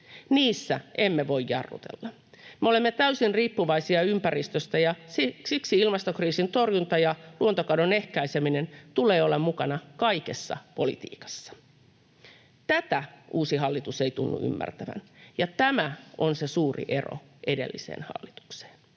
Niissä emme voi jarrutella. Me olemme täysin riippuvaisia ympäristöstä, ja siksi ilmastokriisin torjunnan ja luontokadon ehkäisemisen tulee olla mukana kaikessa politiikassa. Tätä uusi hallitus ei tunnu ymmärtävän, ja tämä on se suuri ero edelliseen hallitukseen.